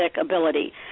ability